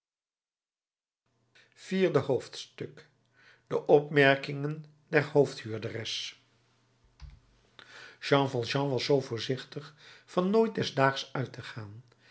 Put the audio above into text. vierde hoofdstuk de opmerkingen der hoofd huurderes jean valjean was zoo voorzichtig van nooit des daags uit te gaan